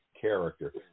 character